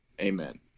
Amen